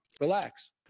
relax